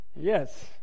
Yes